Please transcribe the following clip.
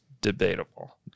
debatable